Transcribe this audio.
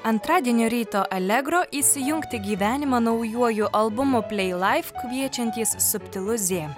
antradienio ryto allegro įsijungti gyvenimą naujuoju albumu plei laif kviečiantys subtilu zė